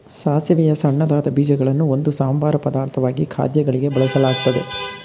ಸಾಸಿವೆಯ ಸಣ್ಣದಾದ ಬೀಜಗಳನ್ನು ಒಂದು ಸಂಬಾರ ಪದಾರ್ಥವಾಗಿ ಖಾದ್ಯಗಳಿಗೆ ಬಳಸಲಾಗ್ತದೆ